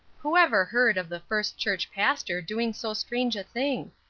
who ever heard of the first church pastor doing so strange a thing?